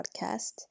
podcast